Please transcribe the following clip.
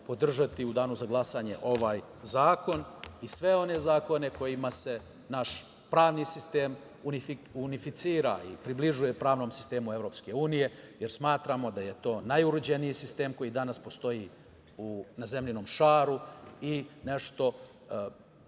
podržati u danu za glasanje ovaj zakon i sve one zakone kojima se naš pravni sistem unificira i približuje pravnom sistemu EU, jer smatramo da je to najuređeniji sistem koji danas postoji na zemljinom šaru i